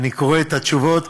ואני קורא את התשובות,